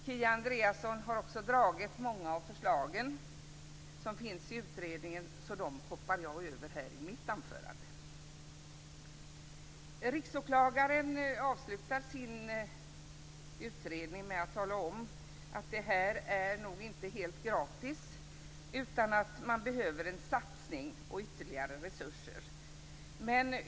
Kia Andreasson har också föredragit många av förslagen som finns i utredningen. De hoppar jag över i mitt anförande. Riksåklagaren avslutar sin utredning med att tala om att dessa förslag inte är helt gratis. Det behövs ytterligare resurser.